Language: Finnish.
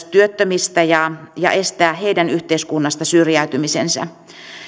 työttömistä ja ja estettävä heidän yhteiskunnasta syrjäytymisensä